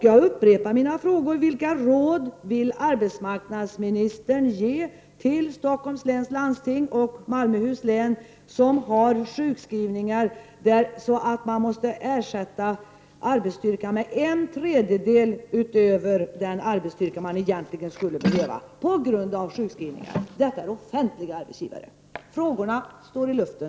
Jag upprepar mina frågor: Vilka råd vill arbetsmarknadsministern ge till Stockholms läns landsting och Malmöhus län, där sjukskrivningarna är så många att man måste ersätta en tredjedel av den ordinarie arbetsstyrkan? Detta är offentliga arbetsgivare. Frågorna hänger i luften.